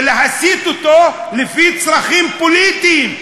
ולהסיט אותו לפי צרכים פוליטיים,